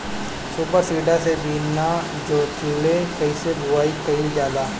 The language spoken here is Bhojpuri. सूपर सीडर से बीना जोतले कईसे बुआई कयिल जाला?